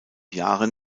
jahren